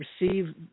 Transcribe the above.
receive